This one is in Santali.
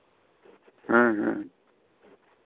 ᱦᱮᱸ ᱦᱮᱸ